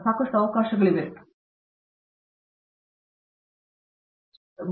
ಮೂರ್ತಿ ಭಾರತದಲ್ಲಿ ಇದನ್ನು ನಾವು ಕರೆಯುವುದಕ್ಕೆ ಧನ್ಯವಾದಗಳು